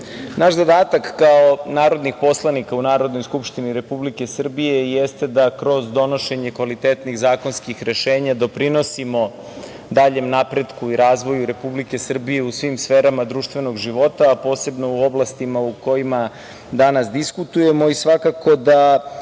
zadatak, kao narodnih poslanika u Narodnoj skupštini Republike Srbije, jeste da kroz donošenje kvalitetnih zakonskih rešenja, doprinosimo daljem napretku i razvoju Republike Srbije u svim sferama društvenog života, a posebno u oblastima u kojima danas diskutujemo i svakako da